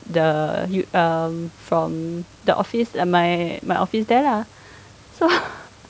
the um from the office my my office there lah so